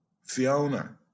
Fiona